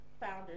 Founders